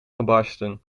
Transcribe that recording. gebarsten